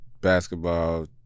basketball